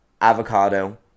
avocado